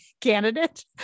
candidate